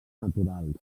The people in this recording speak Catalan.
naturals